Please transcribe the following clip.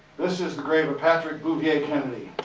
this is the grave of patrick bouvier kennedy.